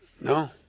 No